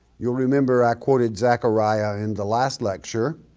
you'll remember i quoted zechariah in the last lecture,